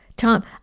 Tom